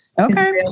Okay